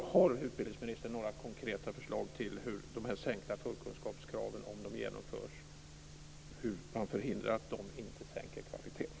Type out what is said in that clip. Har utbildningsministern några konkreta förslag till hur man kan förhindra att de sänkta förkunskapskraven - om de införs - inte sänker kvaliteten?